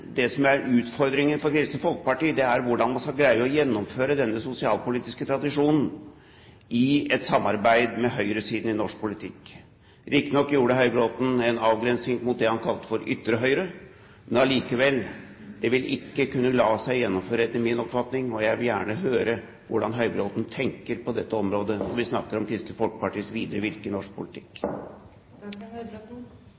det som er utfordringen for Kristelig Folkeparti, er hvordan man skal greie å gjennomføre denne sosialpolitiske tradisjonen i et samarbeid med høyresiden i norsk politikk. Riktignok gjorde Høybråten en avgrensing mot det han kalte for ytre høyre, men allikevel, det vil ikke kunne la seg gjennomføre, etter min oppfatning. Jeg vil gjerne høre hvordan Høybråten tenker på dette området, og vi snakker om Kristelig Folkepartis videre virke i norsk politikk.